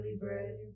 bread